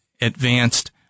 advanced